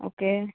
okay